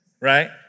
right